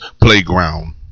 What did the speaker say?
Playground